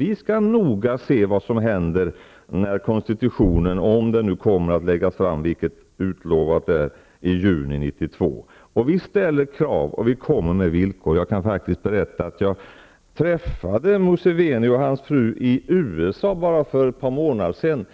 Vi skall noga se vad som händer när konstitutionen läggs fram, om det nu sker, vilket har utlovats, i juni 1992. Vi ställer krav, och vi kommer med villkor. Jag kan faktiskt berätta att jag träffade Museveni och hans fru i USA bara för ett par månader sedan.